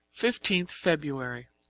fifteenth feb.